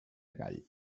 gall